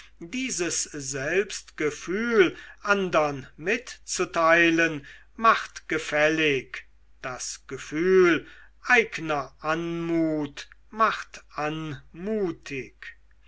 dieses selbstgefühl andern mitzuteilen macht gefällig das gefühl eigner anmut macht anmutig